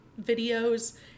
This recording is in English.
videos